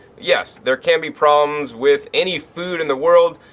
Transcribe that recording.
yes, there can be problems with any food in the world,